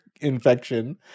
infection